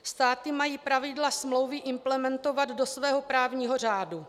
Státy mají zpravidla smlouvy implementovat do svého právního řádu.